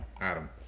Adam